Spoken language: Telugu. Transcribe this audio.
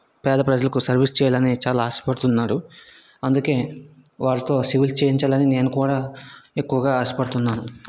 పేద ప్రజలకు సర్వీస్ చెయ్యాలని చాలా ఆశపడుతున్నాడు అందుకే వాడితో సివిల్స్ చేయించాలని నేను కూడా ఎక్కువగా ఆశపడుతున్నాను